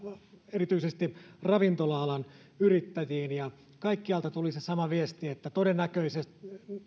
erityisesti ravintola alan yrittäjiin ja kaikkialta tuli se sama viesti että todennäköisesti